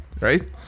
right